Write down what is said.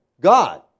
God